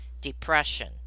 depression